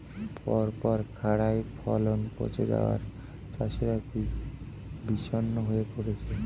পরপর খড়ায় ফলন পচে যাওয়ায় চাষিরা বিষণ্ণ হয়ে পরেছে